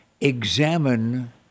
examine